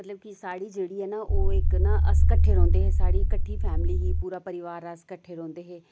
मतलब कि साढ़ी जेह्ड़ी हा ना ओह् इक ना अस कट्ठे रौंह्दे हे साढ़ी कट्ठी फैमली ही पूरा परिवार अस कट्ठे रौंह्दे हे